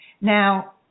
Now